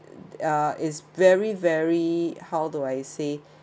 uh is very very how do I say